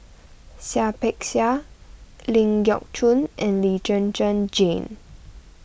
Seah Peck Seah Ling Geok Choon and Lee Zhen Zhen Jane